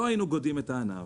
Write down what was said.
לא היינו גודעים את הענף,